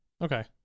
Okay